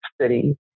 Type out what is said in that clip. city